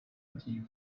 软体